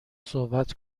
صحبت